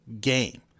game